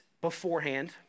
beforehand